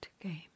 Game